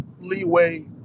leeway